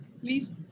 Please